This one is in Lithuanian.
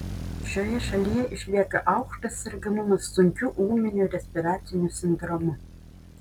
šioje šalyje išlieka aukštas sergamumas sunkiu ūmiu respiraciniu sindromu